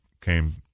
came